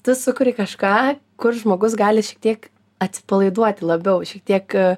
tu sukuri kažką kur žmogus gali šiek tiek atsipalaiduoti labiau šiek tiek